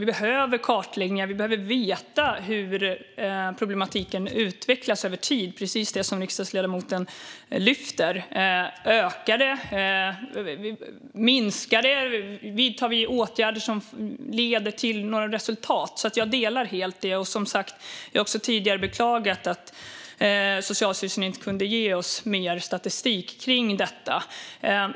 Vi behöver kartläggningar, och vi behöver veta hur problematiken utvecklas över tid - precis det som riksdagsledamoten lyfter. Ökar detta? Minskar det? Vidtar vi åtgärder som leder till några resultat? Jag delar alltså helt den uppfattningen, och jag har som sagt även tidigare beklagat att Socialstyrelsen inte kunde ge oss mer statistik kring detta.